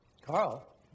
Carl